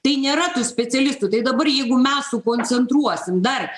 tai nėra tų specialistų tai dabar jeigu mes sukoncentruosim dar